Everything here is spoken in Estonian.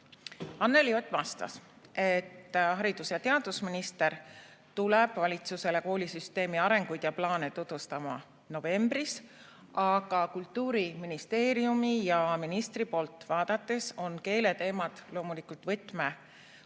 Anneli Ott vastas, et haridus‑ ja teadusminister tuleb valitsusele koolisüsteemi arenguid ja plaane tutvustama novembris, aga Kultuuriministeeriumi ja ministri vaates on keeleoskus loomulikult võtmeoskus